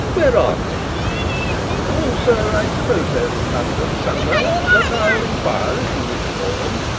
where are they oh, sir, i suppose they are in london somewhere but i'll inquire if you wish for them